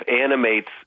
animates